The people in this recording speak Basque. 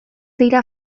dira